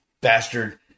bastard